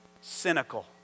cynical